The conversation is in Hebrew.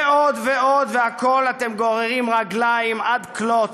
ועוד ועוד, ובכול אתם גוררים רגליים עד כלות,